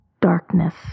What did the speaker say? Darkness